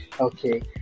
okay